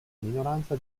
minoranza